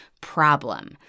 problem